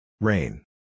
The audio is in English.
Rain